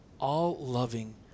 all-loving